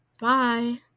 bye